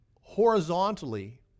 horizontally